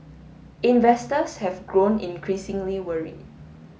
investors have grown increasingly worried